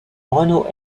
renault